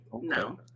no